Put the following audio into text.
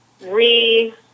re